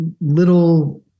little